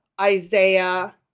Isaiah